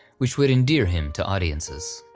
which would endear him to audiences.